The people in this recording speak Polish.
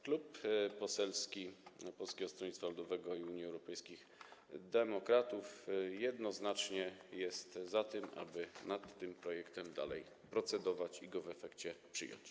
Klub Poselski Polskiego Stronnictwa Ludowego - Unii Europejskich Demokratów jednoznacznie jest za tym, aby nad tym projektem dalej procedować i w efekcie go przyjąć.